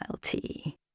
tea